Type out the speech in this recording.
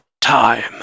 Time